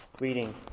reading